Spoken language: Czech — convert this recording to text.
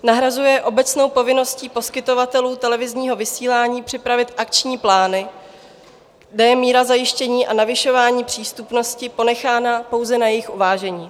Nahrazuje obecnou povinností poskytovatelů televizního vysílání připravit akční plány, kde je míra zajištění a navyšování přístupnosti ponechána pouze na jejich uvážení.